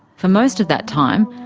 for most of that time,